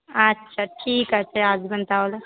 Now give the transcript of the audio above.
আচ্ছা ঠিক আছে আসবেন তাহলে